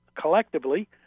collectively